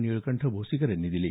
निळकंठ भोसीकर यांनी दिली